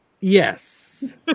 Yes